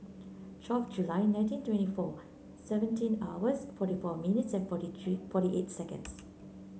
twelve July nineteen twenty four seventeen hours forty four minutes and forty three forty eight seconds